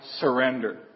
surrender